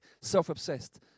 self-obsessed